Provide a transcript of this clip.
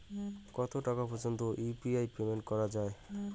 কত টাকা পর্যন্ত ইউ.পি.আই পেমেন্ট করা যায়?